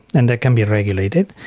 and that can be regulated,